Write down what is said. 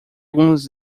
alguns